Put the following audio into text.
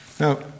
Now